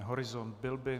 Horizont byl by?